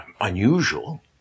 unusual